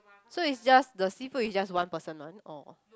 so it's just the seafood is just one person one or